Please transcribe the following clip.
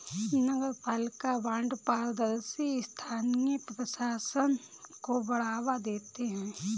नगरपालिका बॉन्ड पारदर्शी स्थानीय प्रशासन को बढ़ावा देते हैं